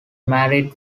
married